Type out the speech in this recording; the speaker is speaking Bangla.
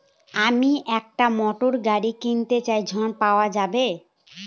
আমি একটি মোটরগাড়ি কিনতে চাই ঝণ পাওয়া যাবে?